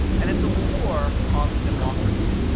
and it's a war on democracy.